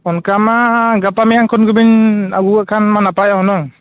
ᱚᱱᱠᱟ ᱢᱟ ᱜᱟᱯᱟᱼᱢᱮᱭᱟᱝ ᱠᱷᱚᱱᱜᱮᱵᱮᱱ ᱟᱹᱜᱩ ᱞᱮᱠᱷᱟᱜ ᱠᱷᱟᱱ ᱢᱟ ᱱᱟᱯᱟᱭᱚᱜ ᱦᱩᱱᱟᱹᱝ